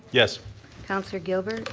yes councilor gilbert?